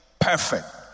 perfect